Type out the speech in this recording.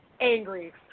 angry